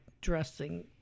dressing